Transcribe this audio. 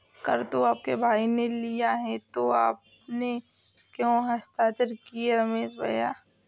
कर तो आपके भाई ने लिया है तो आपने क्यों हस्ताक्षर किए रमेश भैया?